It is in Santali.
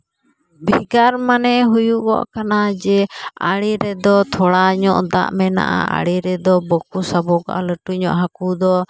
ᱵᱮᱠᱟᱨ ᱢᱟᱱᱮ ᱦᱩᱭᱩᱜᱚᱜ ᱠᱟᱱᱟ ᱡᱮ ᱟᱲᱮ ᱨᱮᱫᱚ ᱛᱷᱚᱲᱟ ᱧᱚᱜ ᱫᱟᱜ ᱢᱮᱱᱟᱜᱼᱟ ᱟᱲᱮ ᱨᱮᱫᱚ ᱵᱟ ᱠᱩ ᱥᱟᱵᱚᱜᱚᱜᱼᱟ ᱞᱟᱹᱴᱩ ᱧᱚᱜ ᱦᱟ ᱠᱩ ᱫᱚ